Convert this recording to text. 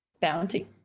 Bounty